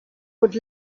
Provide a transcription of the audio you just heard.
would